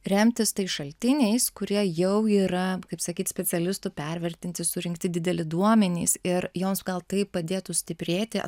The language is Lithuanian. remtis tais šaltiniais kurie jau yra kaip sakyt specialistų pervertinti surinkti dideli duomenys ir joms gal tai padėtų stiprėti